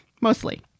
mostly